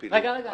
הפילוג --- רגע.